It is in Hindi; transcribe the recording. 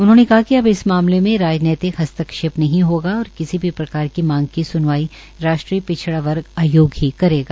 उन्होंने कहा कि अब इस मामले में राजनैतिक हस्ताक्षेत्र नहीं होगा और किसी भी प्रकार की मांग की स्नवाई राष्ट्रीय पिछड़ा वर्ग आयोग ही करेगा